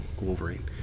Wolverine